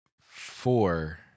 four